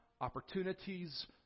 opportunities